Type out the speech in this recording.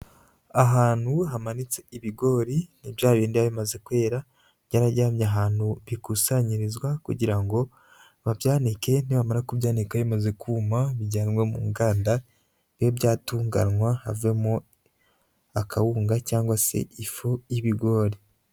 Ahantu hamanitse ibigori ni byabindi biba bimaze kwera byarajyanywe ahantu bikusanyirizwa kugira ngo babyanike; nibamara kubyanika bimaze kuma bijyanwe mu nganda bibe byatunganywa havemo akawunga cyangwa se ifu y'ibigori.